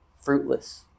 fruitless